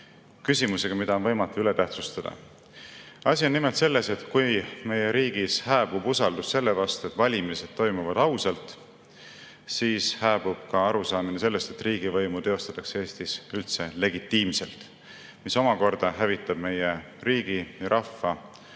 küsimusega, mida on võimatu üle tähtsustada. Asi on nimelt selles, et kui meie riigis hääbub usaldus selle vastu, et valimised toimuvad ausalt, siis hääbub üldse ka arusaamine sellest, et riigivõimu teostatakse Eestis legitiimselt. See omakorda hävitab meie riigi ja rahva